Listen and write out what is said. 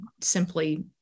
simply